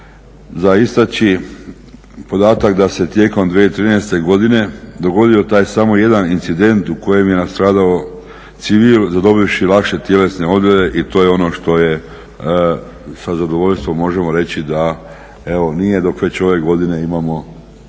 za istaknuti podatak da se tijekom 2013. godine dogodio taj samo 1 incident u kojem je nastradao civil zadobivši lakše tjelesne ozljede i to je ono što je sa zadovoljstvom možemo reći da evo nije dok već ove godine imamo